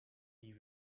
die